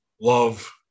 love